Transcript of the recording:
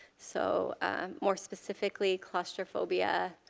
so more specifically, claustrophobia,